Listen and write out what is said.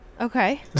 Okay